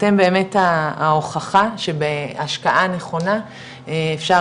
אז אתם באמת ההוכחה שבהשקעה נכונה אפשר